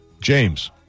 James